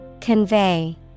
Convey